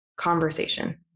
conversation